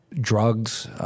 Drugs